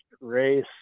race